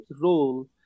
role